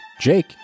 Jake